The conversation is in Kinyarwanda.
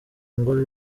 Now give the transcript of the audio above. ngo